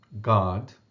God